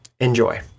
Enjoy